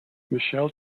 michelle